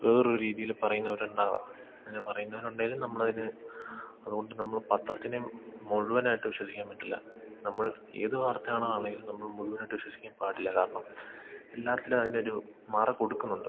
വേറൊരു രീതിയിൽ പറയുന്നവരുണ്ടാകാം അങ്ങനെ പറയുന്നവരുണ്ടെങ്കിലും നമ്മളതിന് അതു കൊണ്ട് നമ്മൾ പത്രത്തിനെ മുഴുവനായിട്ട് വിശ്വസിക്കാൻ പറ്റില്ല നമ്മൾ ഏതു വാർത്തയാണാണെങ്കിലും നമ്മൾ മുഴുവനായിട്ട് വിശ്വസിക്കാൻ പാടില്ല കാരണം എല്ലാറ്റിലും അതിനൊരു മറ കൊടുക്കുന്നുണ്ട്